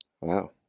Wow